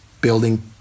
building